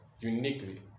uniquely